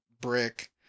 brick